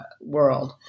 world